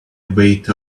wait